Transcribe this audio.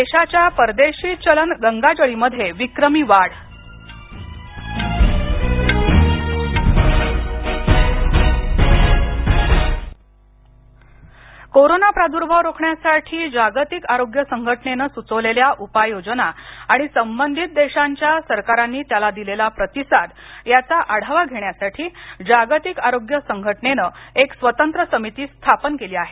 देशाच्या परकीय गंगाजळीमध्ये विक्रमी वाढ समिती कोरोना प्रादुर्भाव रोखण्यासाठी जागतिक आरोग्य संघटनेनं सुचवलेल्या उपाययोजना आणि संबंधित देशांच्या सरकारांनी त्याला दिलेला प्रतिसाद याचा आढावा घेण्यासाठी जागतिक आरोग्य संघटनेनं एक स्वतंत्र समिती स्थापन केली आहे